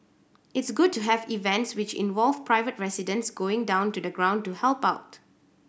it's good to have events which involve private residents going down to the ground to help out